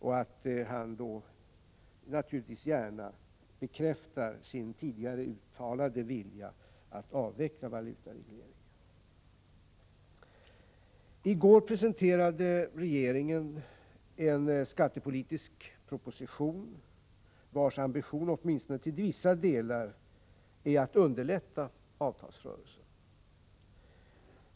Jag ser naturligtvis gärna att han då bekräftar sin tidigare uttalade vilja att avveckla valutaregleringen. I går presenterade regeringen en skattepolitisk proposition, vars ambition åtminstone till vissa delar är att underlätta avtalsrörelsen.